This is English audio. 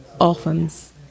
orphans